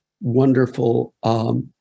wonderful